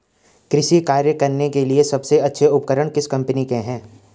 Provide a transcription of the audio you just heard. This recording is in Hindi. कृषि कार्य करने के लिए सबसे अच्छे उपकरण किस कंपनी के हैं?